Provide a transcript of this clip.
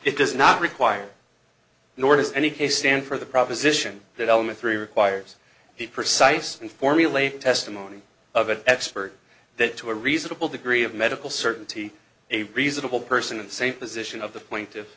it does not require nor does any case stand for the proposition that element three requires he persists in formulating testimony of an expert that to a reasonable degree of medical certainty a reasonable person in the same position of the p